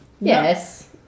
Yes